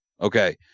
Okay